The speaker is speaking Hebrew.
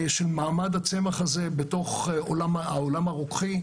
של מעמד הצמח הזה בתוך העולם הרוקחי.